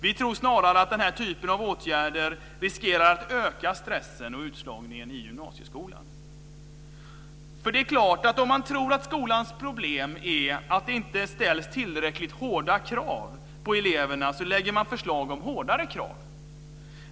Vi tror snarare att den typen av åtgärder riskerar att öka stressen och utslagningen i gymnasieskolan. Om man tror att skolans problem är att det inte ställs tillräckligt hårda krav på eleverna lägger man förslag om hårdare krav.